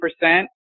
percent